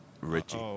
Richie